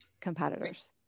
competitors